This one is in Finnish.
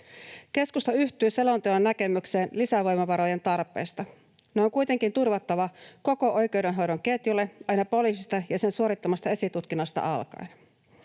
Keskusta yhtyy selonteon näkemykseen lisävoimavarojen tarpeesta. Ne on kuitenkin turvattava koko oikeudenhoidon ketjulle aina poliisista ja sen suorittamasta esitutkinnasta alkaen.